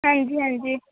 ਹਾਂਜੀ ਹਾਂਜੀ